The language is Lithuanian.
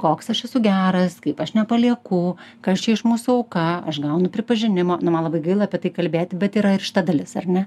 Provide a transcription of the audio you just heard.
koks aš esu geras kaip aš nepalieku kas čia iš mūsų auka aš gaunu pripažinimo nu man labai gaila apie tai kalbėti bet yra ir šita dalis ar ne